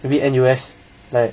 maybe N_U_S like